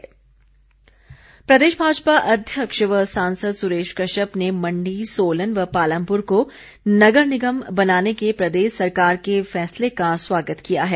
सुरेश कश्यप प्रदेश भाजपा अध्यक्ष व सांसद सुरेश कश्यप ने मण्डी सोलन व पालमपुर को नगर निगम बनाने के प्रदेश सरकार के फैसले का स्वागत किया है